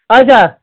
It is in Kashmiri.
اچھا